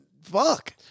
fuck